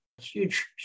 Huge